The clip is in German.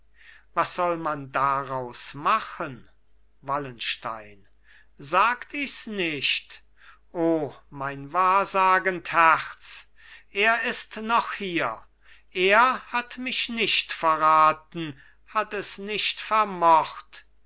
was soll man daraus machen wallenstein sagt ichs nicht o mein wahrsagend herz er ist noch hier er hat mich nicht verraten hat es nicht vermocht